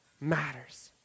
matters